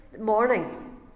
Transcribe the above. morning